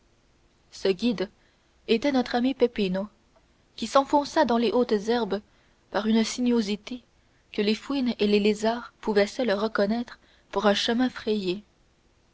ce guide était notre ami peppino qui s'enfonça dans les hautes herbes par une sinuosité que les fouines et les lézards pouvaient seuls reconnaître pour un chemin frayé